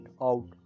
out